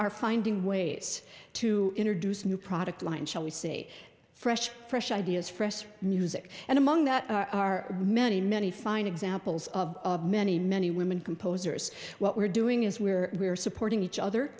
are finding ways to introduce new product line shall we say fresh fresh ideas fresh music and among that are many many fine examples of many many women composers what we're doing is where we are supporting each other